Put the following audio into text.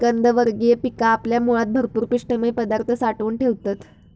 कंदवर्गीय पिका आपल्या मुळात भरपूर पिष्टमय पदार्थ साठवून ठेवतत